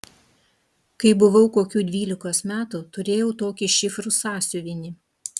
kai buvau kokių dvylikos metų turėjau tokį šifrų sąsiuvinį